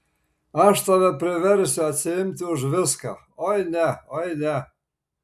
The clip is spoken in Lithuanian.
aš tave priversiu atsiimti už viską oi ne oi ne